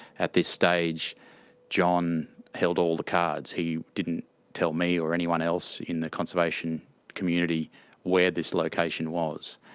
at this stage john held all the cards. he didn't tell me or anyone else in the conservation community where this location was.